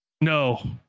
No